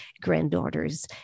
granddaughter's